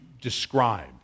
describe